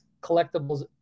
Collectibles